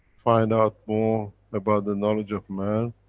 find out more about the knowledge of man,